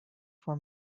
for